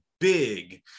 big